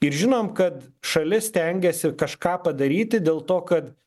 ir žinom kad šalis stengiasi kažką padaryti dėl to kad